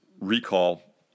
recall